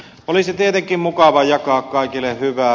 olisi tietenkin mukava jakaa kaikille hyvää